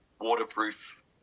waterproof